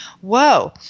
whoa